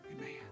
amen